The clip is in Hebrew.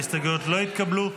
ההסתייגויות לא התקבלו.